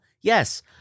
Yes